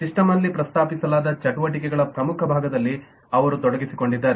ಸಿಸ್ಟಮಲ್ಲಿ ಪ್ರಸ್ತಾಪಿಸಲಾದ ಚಟುವಟಿಕೆಗಳ ಪ್ರಮುಖ ಭಾಗದಲ್ಲಿ ಅವರು ತೊಡಗಿಸಿಕೊಂಡಿದ್ದಾರೆ